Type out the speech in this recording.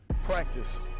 practice